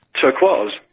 Turquoise